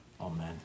amen